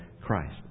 Christ